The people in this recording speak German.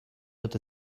wird